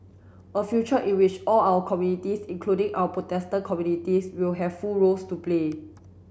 a future in which all our communities including our Protestant communities will have full roles to play